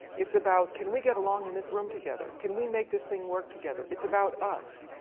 it's about, can we get along in this room together? can we make this thing work together? it's about us,